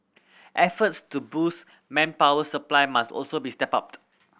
efforts to boost manpower supply must also be stepped up